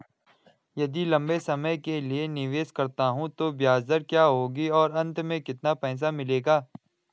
यदि लंबे समय के लिए निवेश करता हूँ तो ब्याज दर क्या होगी और अंत में कितना पैसा मिलेगा?